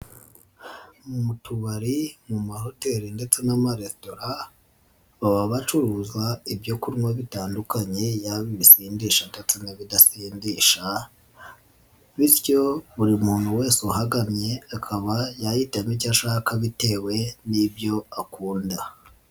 Mu tubari, mu mahoteli ndetse n'amaretora baba bacuruza ibyo kunywa bitandukanye yaba ibisindisha ndetse n'ibidatindisha bityo buri muntu wese uhagannye akaba yahitamo icyo ashaka bitewe n'ibyo akunda.